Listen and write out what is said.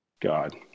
God